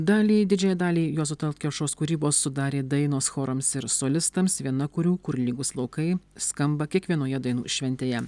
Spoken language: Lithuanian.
dalį didžiąją dalį juozo talat kelpšos kūrybos sudarė dainos chorams ir solistams viena kurių kur lygūs laukai skamba kiekvienoje dainų šventėje